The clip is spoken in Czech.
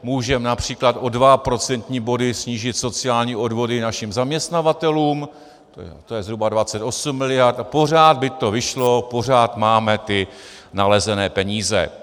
Můžeme například o dva procentní body snížit sociální odvody našim zaměstnavatelům, tj. zhruba 28 miliard, a pořád by to vyšlo, pořád máme ty nalezené peníze.